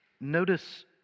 Notice